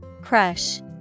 Crush